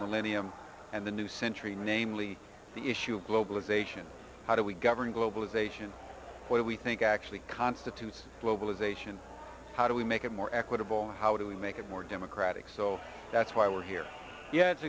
millennium and the new century namely the issue of globalization how do we govern globalization what do we think actually constitutes globalization how do we make it more equitable how do we make it more democratic so that's why we're here yeah it's